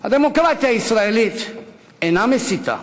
הדמוקרטיה הישראלית אינה מסיתה,